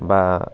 বা